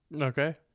okay